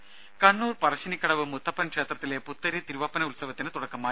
ദേദ കണ്ണൂർ പറശ്ശിനിക്കടവ് മുത്തപ്പൻ ക്ഷേത്രത്തിലെ പുത്തരി തിരുവപ്പന ഉത്സവത്തിന് തുടക്കമായി